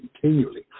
continually